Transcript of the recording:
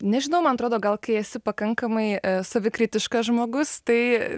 nežinau man atrodo gal kai esi pakankamai savikritiškas žmogus tai